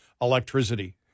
Electricity